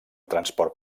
transport